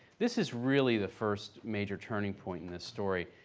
this is really the first major turning point in this story,